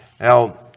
now